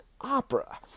opera